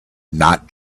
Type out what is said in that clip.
not